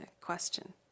question